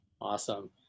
awesome